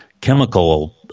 chemical